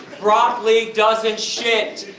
broccoli doesn't shit!